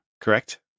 correct